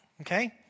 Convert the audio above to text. Okay